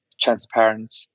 transparent